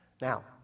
Now